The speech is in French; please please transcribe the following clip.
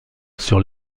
sur